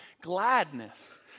gladness